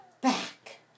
Back